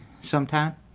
sometime